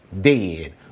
dead